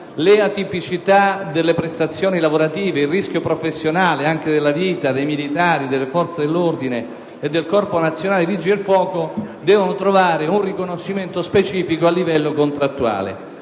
le atipicità delle prestazioni lavorative, il rischio professionale (anche della vita) dei militari, delle forze dell'ordine e del Corpo nazionale dei vigili del fuoco, devono trovare un riconoscimento specifico livello contrattuale.